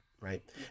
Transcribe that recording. right